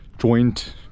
joint